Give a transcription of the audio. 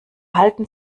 halten